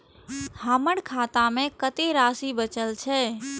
हमर खाता में कतेक राशि बचल छे?